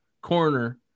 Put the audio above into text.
corner